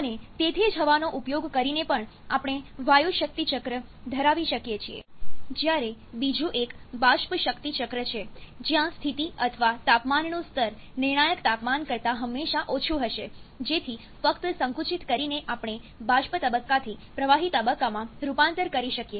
અને તેથી જ હવાનો ઉપયોગ કરીને પણ આપણે વાયુ શક્તિ ચક્ર ધરાવી શકીએ છીએ જ્યારે બીજું એક બાષ્પ શક્તિ ચક્ર છે જ્યાં સ્થિતિ અથવા તાપમાનનું સ્તર નિર્ણાયક તાપમાન કરતા હંમેશા ઓછું હશે જેથી ફક્ત સંકુચિત કરીને આપણે બાષ્પ તબક્કા થી પ્રવાહી તબક્કામાં રૂપાંતર કરી શકીએ